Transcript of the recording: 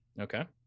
Okay